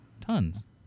Tons